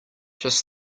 just